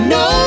no